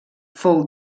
fou